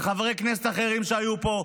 וחברי כנסת אחרים שהיו פה.